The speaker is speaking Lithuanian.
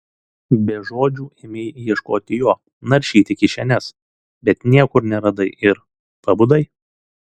be žodžių ėmei ieškoti jo naršyti kišenes bet niekur neradai ir pabudai